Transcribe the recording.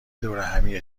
دورهمیه